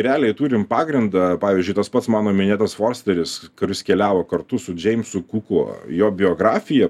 realiai turim pagrindą pavyzdžiui tas pats mano minėtas forsteris kuris keliavo kartu su džeimsu kuku jo biografiją